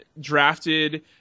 drafted